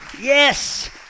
Yes